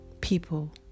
people